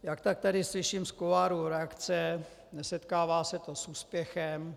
Jak tak tady slyším z kuloárů reakce, nesetkává se to s úspěchem.